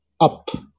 up